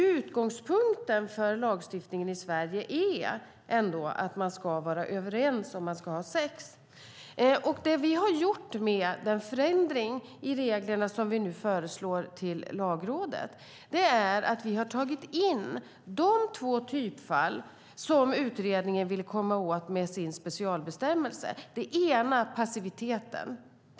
Utgångspunkten för lagstiftningen i Sverige är att man ska vara överens om att ha sex. Det vi har gjort med den förändring i reglerna som vi föreslår till Lagrådet är att vi har tagit in de två typfall som utredningen ville komma åt med sin specialbestämmelse. Det ena är passiviteten.